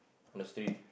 on the street